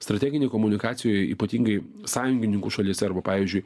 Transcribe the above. strateginėj komunikacijoj ypatingai sąjungininkų šalyse arba pavyzdžiui